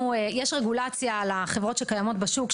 יש רגולציה על החברות שקיימות בשוק,